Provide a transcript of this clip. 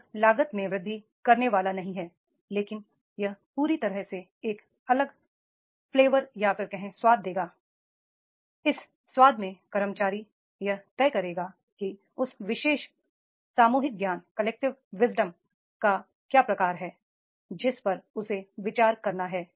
यह लागत में वृद्धि करने वाला नहीं है लेकिन यह पूरी तरह से एक अलग स्वाद देगा और इस स्वाद में कर्मचारी यह तय करेगा कि उस विशेष सामूहिक ज्ञान का क्या प्रकार है जिस पर उसे विचार करना है